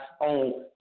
on